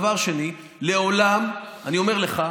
דבר שני, לעולם, אני אומר לך,